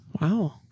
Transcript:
Wow